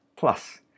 plus